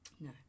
No